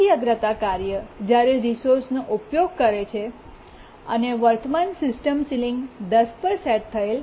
ઓછી અગ્રતા કાર્ય જ્યારે રિસોર્સ નો ઉપયોગ કરે છે અને વર્તમાન સિસ્ટમની સીલીંગ 10 પર સેટ થયેલ છે